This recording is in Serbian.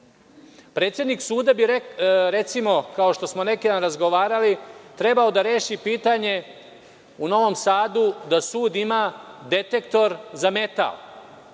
Predsednik suda, recimo, kao što smo neki dan razgovarali, bi trebao da reši pitanje u Novom Sadu da sud ima detektor za metal.